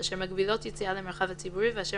אשר מגבילות יציאה למרחב הציבורי ואשר